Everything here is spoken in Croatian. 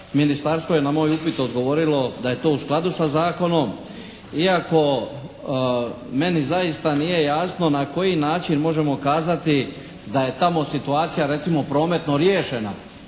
Ministarstvo je na moj upit odgovorilo da je to u skladu sa zakonom, iako meni zaista nije jasno na koji način možemo kazati da je tamo situacija recimo prometno riješena